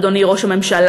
אדוני ראש הממשלה,